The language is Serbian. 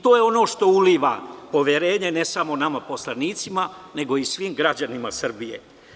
To je ono što uliva poverenje, ne samo nama poslanicima, nego i svim građanima Srbije.